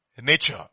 nature